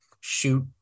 shoot